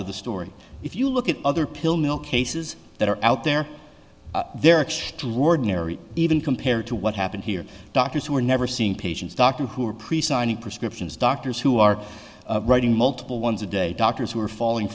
of the story if you look at other pill mill cases that are out there they're extraordinary even compared to what happened here doctors who are never seeing patients doctor who are precisely prescriptions doctors who are writing multiple ones a day doctors who are falling